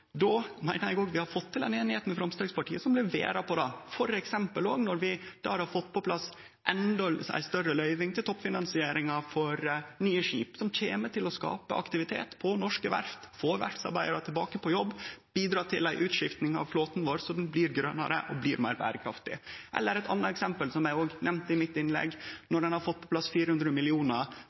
då meiner eg vi har fått til ei einigheit med Framstegspartiet som leverer på det. Vi har f.eks. fått på plass ei større løyving til toppfinansiering for nye skip, som kjem til å skape aktivitet på norske verft, få verftsarbeidarar tilbake på jobb, bidra til ei utskifting av flåten vår, som blir grønare og blir meir berekraftig. Eit anna eksempel, som eg òg nemnde i mitt innlegg, er at ein har fått på plass 400